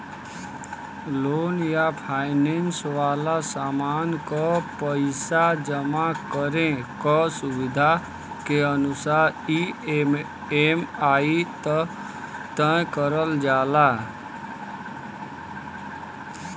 loan या finance वाला सामान क पइसा जमा करे क सुविधा के अनुसार ई.एम.आई तय करल जाला